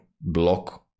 block